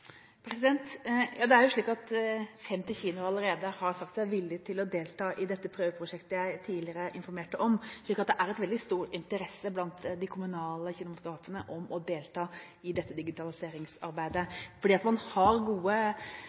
Det er jo slik at 50 kinoer allerede har sagt seg villig til å delta i dette prøveprosjektet jeg tidligere informerte om, så det er veldig stor interesse blant de kommunale kinematografene om å delta i dette digitaliseringsarbeidet. Man har gode